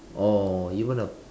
oh even a